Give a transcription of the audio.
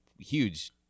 huge